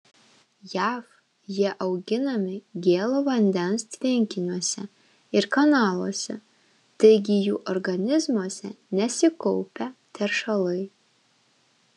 jav jie auginami gėlo vandens tvenkiniuose ir kanaluose taigi jų organizmuose nesikaupia teršalai